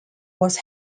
was